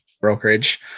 brokerage